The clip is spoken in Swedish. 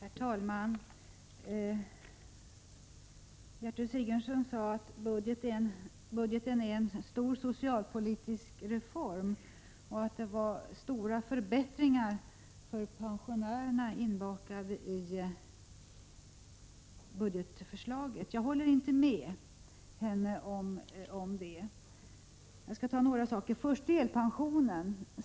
Herr talman! Gertrud Sigurdsen sade att budgeten innebär en stor socialpolitisk reform och att det fanns stora förbättringar för pensionärerna inbakade i budgetförslaget. Jag håller inte med om det. Jag skall ta upp några saker, först delpensionen.